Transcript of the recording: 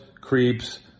creeps